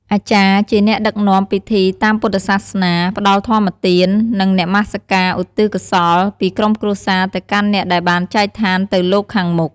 អាចារ្យជាអ្នកដឹកនាំពិធីតាមពុទ្ធសាសនា ផ្តល់ធម្មទាន និងនមសក្ការឧទ្ទិសកុសលពីក្រុមគ្រួសារទៅកាន់អ្នកដែលបានចែកឋានទៅលោកខាងមុខ។